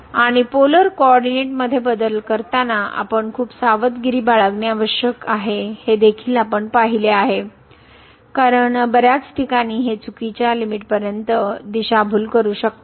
आणि polar coordinate मध्ये बदल करताना आपण खूप सावधगिरी बाळगणे आवश्यक आहे हे देखील आपण पाहिले आहे कारण बर्याच ठिकाणी हे चुकीच्या लिमिटपर्यंत दिशाभूल करू शकते